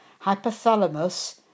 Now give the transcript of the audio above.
hypothalamus